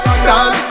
stand